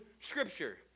scripture